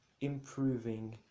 improving